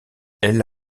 elle